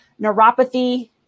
neuropathy